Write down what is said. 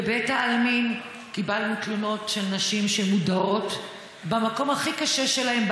בבית העלמין קיבלנו תלונות של נשים שמודרות במקום הכי קשה שלהן,